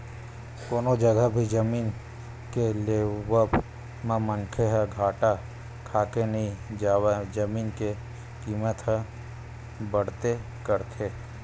कोनो जघा भी जमीन के लेवब म मनखे ह घाटा खाके नइ जावय जमीन के कीमत ह बड़बे करथे